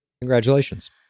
congratulations